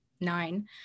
nine